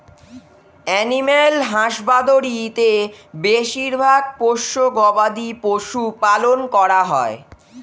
animal husbandry তে বেশিরভাগ পোষ্য গবাদি পশু পালন করা হয়